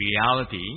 reality